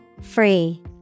Free